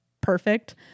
perfect